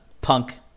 Punk